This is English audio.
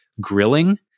grilling